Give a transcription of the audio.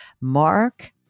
Mark